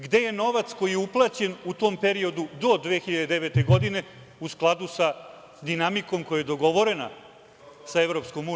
Gde je novac koji je uplaćen u tom periodu do 2009. godine, u skladu sa dinamikom koja je dogovorena sa EU?